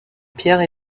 pierre